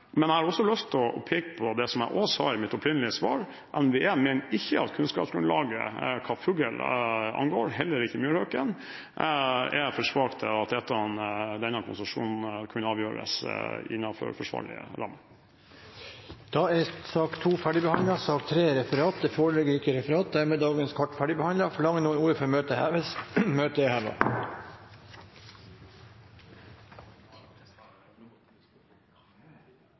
men jeg har også lyst til å peke på det som jeg også sa i mitt opprinnelige svar, at NVE ikke mener at kunnskapsgrunnlaget hva fugl angår, heller ikke myrhauken, er for svakt til at denne konsesjonen kunne avgjøres innenfor forsvarlige rammer. Da er sak nr. 2 ferdigbehandlet. Det foreligger ikke noe referat. Dermed er dagens kart ferdigbehandlet. Forlanger noen ordet før møtet heves? – Møtet er